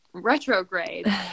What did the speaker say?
Retrograde